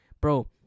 Bro